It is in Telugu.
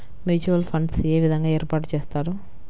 మ్యూచువల్ ఫండ్స్ ఏ విధంగా ఏర్పాటు చేస్తారు?